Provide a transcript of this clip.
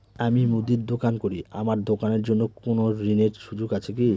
আমি মুদির দোকান করি আমার দোকানের জন্য কোন ঋণের সুযোগ আছে কি?